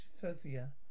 Sophia